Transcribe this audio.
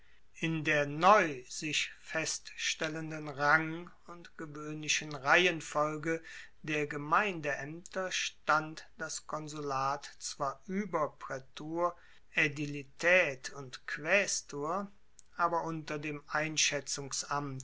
in der neu sich feststellenden rang und gewoehnlichen reihenfolge der gemeindeaemter stand das konsulat zwar ueber praetur aedilitaet und quaestur aber unter dem